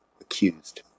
accused